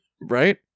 right